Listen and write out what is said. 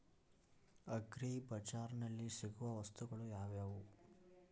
Agri ಬಜಾರ್ನಲ್ಲಿ ಸಿಗುವ ವಸ್ತುಗಳು ಯಾವುವು?